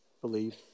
believe